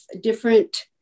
different